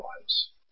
lives